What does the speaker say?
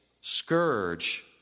scourge